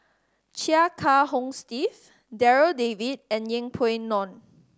Chia Kiah Hong Steve Darryl David and Yeng Pway Ngon